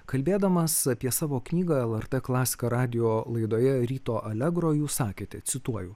kalbėdamas apie savo knygą lrt klasika radijo laidoje ryto allegro jūs sakėte cituoju